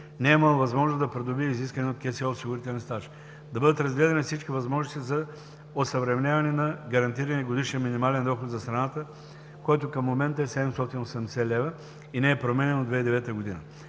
не е имал възможност да придобие изисквания от КСО осигурителен стаж; - да бъдат разгледани всички възможности за осъвременяване на Гарантирания годишен минимален доход за страната, който към момента е 780 лв. и не е променян от 2009 г.;